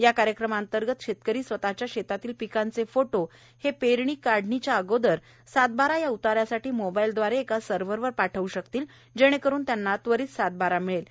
या कार्यक्रमांतर्गत शेतकरी स्वतःच्या शेतातील पिकांचे फोटो हे पेरणी आणि काढणीच्या अगोदर सात बारा या उताऱ्यासाठी मोबाईलदवारे एका सर्व्हरवर पाठवू शकतात जेणे करुन त्यांना त्वरित सातबारा मिळतो